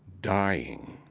dying.